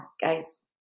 guys